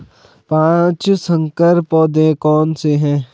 पाँच संकर पौधे कौन से हैं?